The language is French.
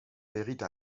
mérite